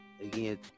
again